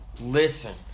listen